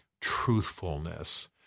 truthfulness